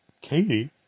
Katie